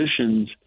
positions